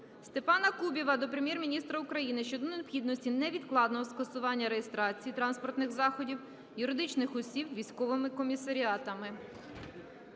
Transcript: Степана Кубіва до Прем'єр-міністра України щодо необхідності невідкладного скасування реєстрації транспортних засобів юридичних осіб військовими комісаріатами.